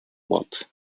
what